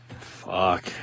Fuck